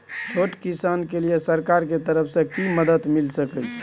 छोट किसान के लिए सरकार के तरफ कि मदद मिल सके छै?